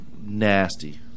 nasty